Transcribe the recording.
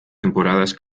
temporadas